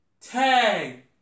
tag